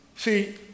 See